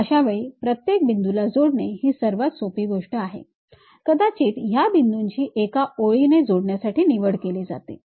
अशावेळी प्रत्येक बिंदूला जोडणे ही सर्वात सोपी गोष्ट आहे कदाचित ह्या बिंदूंची एका ओळीने जोडण्यासाठी निवड केली जाते